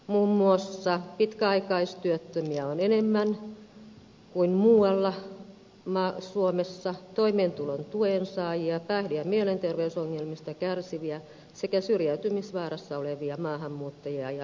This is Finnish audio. muun muassa pitkäaikaistyöttömiä on enemmän kuin muualla suomessa toimeentulotuen saajia päihde ja mielenterveysongelmista kärsiviä sekä syrjäytymisvaarassa olevia maahanmuuttajia ja asunnottomia